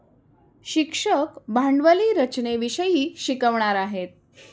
शिक्षक भांडवली रचनेविषयी शिकवणार आहेत